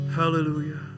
hallelujah